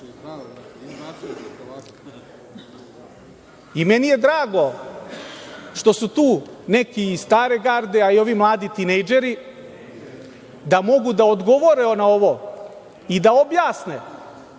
I meni je drago što su tu neki iz stare garde, a i ovi mladi tinejdžeri da mogu da odgovore na ovo i da objasne